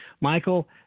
Michael